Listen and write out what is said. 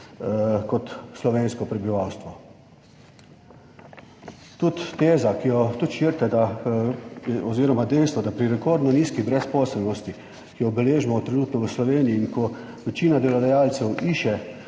kot slovensko prebivalstvo. Tudi teza, ki jo tudi širite, da oziroma dejstvo, da pri rekordno nizki brezposelnosti, ki jo beležimo trenutno v Sloveniji in ko večina delodajalcev išče